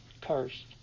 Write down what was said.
cursed